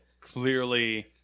clearly